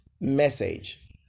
Message